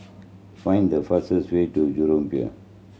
find the fastest way to Jurong Pier